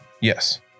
Yes